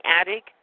attic